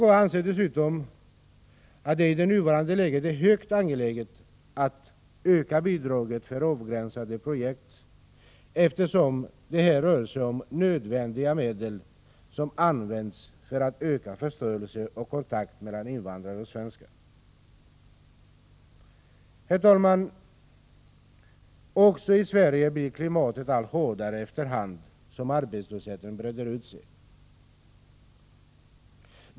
Vpk anser dessutom att det i det nuvarande läget är högst angeläget att öka bidraget för avgränsade projekt, eftersom det här rör sig om nödvändiga medel som används för att öka förståelsen och kontakten mellan invandrare och svenskar. Herr talman! Också i Sverige blir klimatet allt hårdare efter hand som arbetslösheten breder ut sig.